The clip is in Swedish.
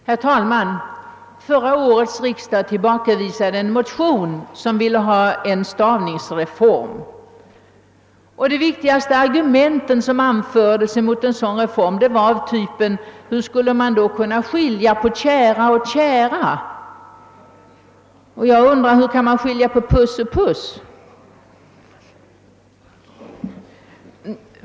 Herr talman! Förra årets riksdag tillbakavisade en motion om en stavningsreform. De viktigaste argumenten som anfördes mot en sådan reform var av typen: hur skulle man då kunna skilja på »tjära» och »kära»? Jag undrar: Hur kan man skilja på »puss» och »puss»?